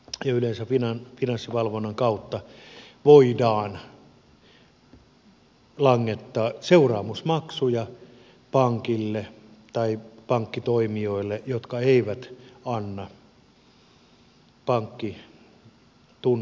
tutkijoiden säpinää finanssivalvonnan kautta voidaan langettaa seuraamusmaksuja pankeille tai pankkitoimijoille jotka eivät anna pankkitunnuksia maksuhäiriöisille